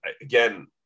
again